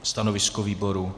Stanovisko výboru?